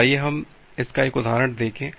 तो आइए हम इसका एक उदाहरण देखें